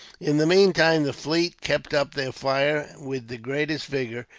in the meantime the fleet kept up their fire, with the greatest vigour,